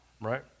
right